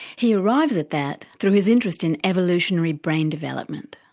he arrives at that through his interest in evolutionary brain development.